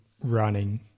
running